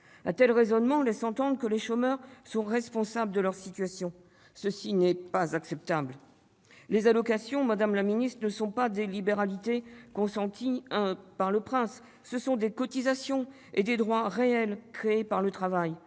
Un tel raisonnement laisse entendre que les chômeurs seraient responsables de leur situation ; cela n'est pas acceptable. Madame la ministre, les allocations ne sont pas des libéralités consenties par le prince ; ce sont des cotisations et des droits réels créés par le travail.